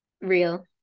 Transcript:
Real